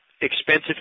Expensive